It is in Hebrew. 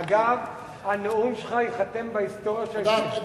אגב, הנאום שלך ייחתם בהיסטוריה של, תודה.